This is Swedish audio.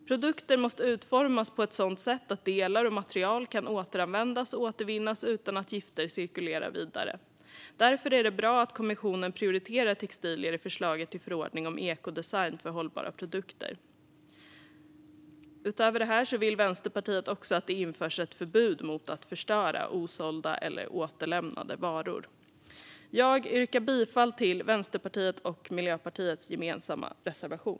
Produkter måste utformas på ett sådant sätt att delar och material kan återanvändas och återvinnas utan att gifter cirkulerar vidare. Därför är det bra att kommissionen prioriterar textilier i förslaget till förordning om ekodesign för hållbara produkter. Utöver detta vill Vänsterpartiet att det införs ett förbud mot att förstöra osålda eller återlämnade varor. Jag yrkar bifall till Vänsterpartiets och Miljöpartiets gemensamma reservation.